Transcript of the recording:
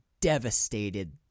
devastated